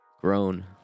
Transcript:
grown